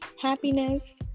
happiness